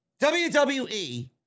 WWE